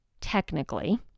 technically